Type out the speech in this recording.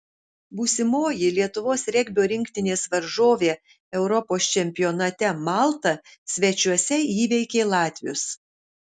būsimoji lietuvos regbio rinktinės varžovė europos čempionate malta svečiuose įveikė latvius